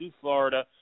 Florida